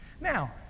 Now